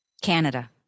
Canada